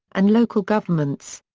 and local governments.